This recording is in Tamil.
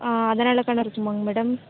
ஆ அதனால் தான் இருக்குமாங்க மேடம்